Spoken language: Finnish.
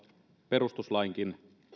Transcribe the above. perustuslainkin